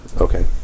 Okay